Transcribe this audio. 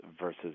versus